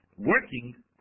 working